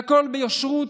והכול בישרות,